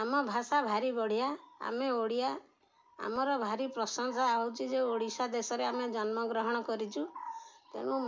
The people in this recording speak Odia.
ଆମ ଭାଷା ଭାରି ବଢ଼ିଆ ଆମେ ଓଡ଼ିଆ ଆମର ଭାରି ପ୍ରଶଂସା ହେଉଛି ଯେ ଓଡ଼ିଶା ଦେଶରେ ଆମେ ଜନ୍ମଗ୍ରହଣ କରିଛୁ ତେଣୁ